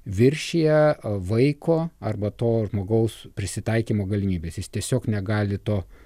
viršija vaiko arba to žmogaus prisitaikymo galimybes jis tiesiog negali to